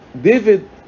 David